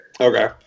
okay